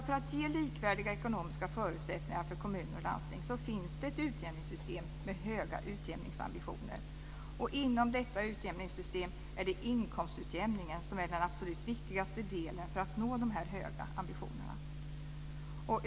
För att ge likvärdiga ekonomiska förutsättningar för kommuner och landsting så finns det ett utjämningssystem med höga utjämningsambitioner. Och inom detta utjämningssystem är det inkomstutjämningen som är den absolut viktigaste delen för att man ska nå dessa höga ambitioner.